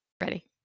Ready